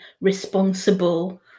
responsible